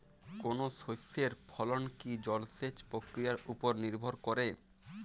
কোনো শস্যের ফলন কি জলসেচ প্রক্রিয়ার ওপর নির্ভর করে?